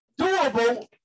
doable